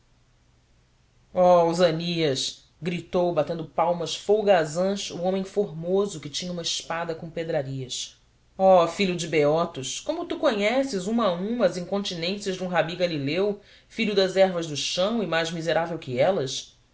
osânias gritou batendo palmas folgazãs o homem formoso que tinha uma espada com pedrarias oh filho de beotos como tu conheces uma a uma as incontinências de um rabi galileu filho das ervas do chão e mais miserável que elas